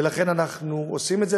ולכן אנחנו עושים את זה.